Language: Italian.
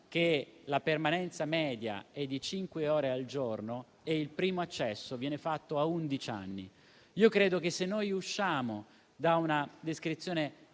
che la permanenza media è di cinque ore al giorno e il primo accesso viene fatto a undici anni. Io credo che se usciamo da una descrizione